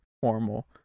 formal